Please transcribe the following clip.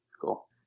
Cool